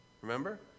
Remember